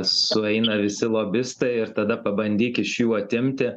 sueina visi lobistai ir tada pabandyk iš jų atimti